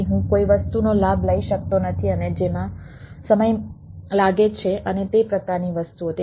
તેથી હું કોઈ વસ્તુનો લાભ લઈ શકતો નથી અને જેમાં સમય લાગે છે અને તે પ્રકારની વસ્તુઓ